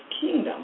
kingdom